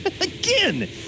Again